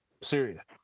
Syria